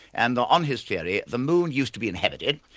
and on his theory the moon used to be inhabited,